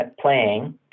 playing